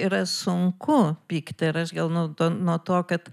yra sunku pykti ir aš gal nu nuo to kad